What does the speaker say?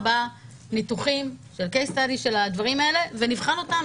ארבעה ניתוחים של "קייס-סטאדי" של הדברים האלה ונבחן אותם,